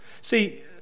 See